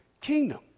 kingdom